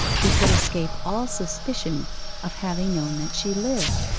he could escape all suspicion of having known that she lived?